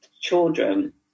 children